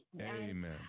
amen